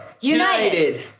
United